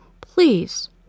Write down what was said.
Please